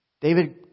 David